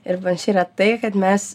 ir va čia yra tai kad mes